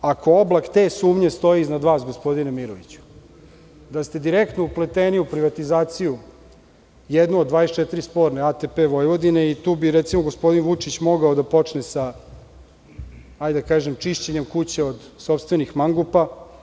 Ako oblak te sumnje stoji iznad vas, gospodine Miroviću, da ste direktno upleteni u privatizaciju, jednu od 24 sporne ATP Vojvodine, i tu bi, recimo, gospodin Vučić mogao da počne sa, hajde da kažem, čišćenjem kuće od sopstvenih mangupa.